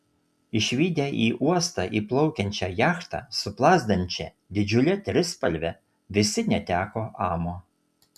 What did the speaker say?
išvydę į uostą įplaukiančią jachtą su plazdančia didžiule trispalve visi neteko amo